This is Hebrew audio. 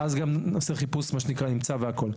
ואז נעשה חיפוש עם צו והכול.